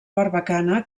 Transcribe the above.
barbacana